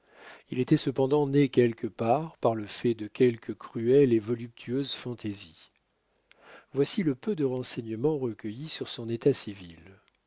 il était cependant né quelque part par le fait de quelque cruelle et voluptueuse fantaisie voici le peu de renseignements recueillis sur son état civil